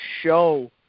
show